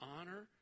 honor